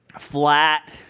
flat